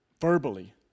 verbally